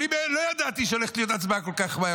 אני לא ידעתי שהולכת להיות הצבעה כל כך מהר,